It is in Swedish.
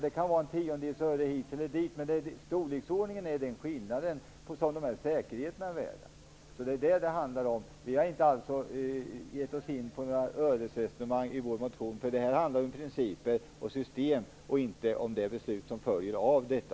Det kan vara en tiondels öre hit eller dit, men det är i den storleksordningen som de här säkerheterna är värda. Vi har inte gett oss in på några öresresonemang i vår motion. Det här handlar om principer och system och inte om de beslut som följer av detta.